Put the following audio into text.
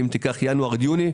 אם תיקח ינואר עד יוני,